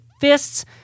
fists